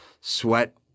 sweat